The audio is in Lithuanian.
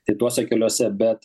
tai tuose keliuose bet